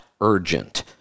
urgent